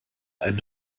einen